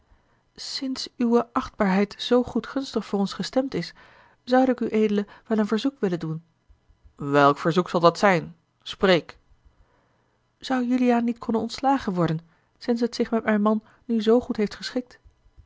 sinds uwe achtbaarheid zoo goedgunstig voor ons gestemd is zoude ik ued wel een verzoek willen doen welk verzoek zal dat zijn spreek zou juliaan niet konnen ontslagen worden sinds het zich met mijn man nu zoo goed heeft geschikt